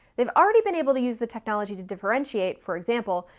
they've already been able to use the technology to differentiate, for example,